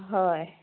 হয়